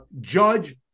Judge